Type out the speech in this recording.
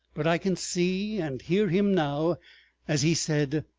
but i can see and hear him now as he said,